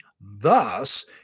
thus